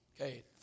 okay